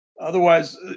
Otherwise